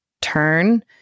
turn